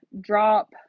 drop